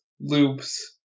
loops